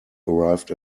arrived